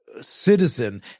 Citizen